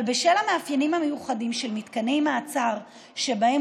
אבל בשל המאפיינים המיוחדים של מתקני המעצר שבהם